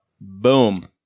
Boom